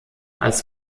als